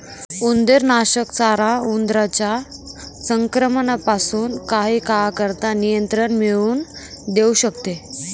उंदीरनाशक चारा उंदरांच्या संक्रमणापासून काही काळाकरता नियंत्रण मिळवून देऊ शकते